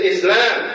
Islam